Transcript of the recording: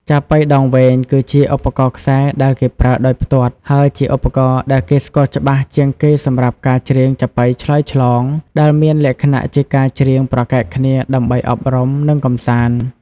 ចាប៉ីដងវែង គឺជាឧបករណ៍ខ្សែដែលគេប្រើដោយផ្ទាត់ ហើយជាឧបករណ៍ដែលគេស្គាល់ច្បាស់ជាងគេសម្រាប់ការច្រៀងចាប៉ីឆ្លងឆ្លើយ ដែលមានលក្ខណៈជាការច្រៀងប្រកែកគ្នាដើម្បីអប់រំ និងកម្សាន្ត។